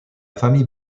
famille